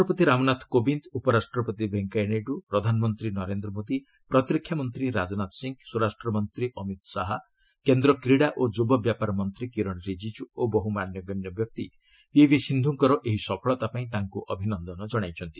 ରାଷ୍ଟ୍ରପତି ରାମନାଥ କୋବିନ୍ଦ ଉପରାଷ୍ଟ୍ରପତି ଭେଙ୍କିୟାନାଇଡୁ ପ୍ରଧାନମନ୍ତ୍ରୀ ନରେନ୍ଦ୍ର ମୋଦି ପ୍ରତିରକ୍ଷା ମନ୍ତ୍ରୀ ରାଜନାଥ ସିଂ ସ୍ୱରାଷ୍ଟ୍ରମନ୍ତ୍ରୀ ଅମିତ ଶାହା କେନ୍ଦ୍ର କ୍ରୀଡ଼ା ଓ ଯୁବବ୍ୟାପାର ମନ୍ତ୍ରୀ କିରଣ ରିଜିଜ୍ଜୁ ଓ ବହୁ ମାନ୍ୟଗଣ୍ୟ ବ୍ୟକ୍ତି ପିଭି ସିନ୍ଧୁଙ୍କର ଏହି ସଫଳତା ପାଇଁ ତାଙ୍କୁ ଅଭିନନ୍ଦନ ଜଣାଇଛନ୍ତି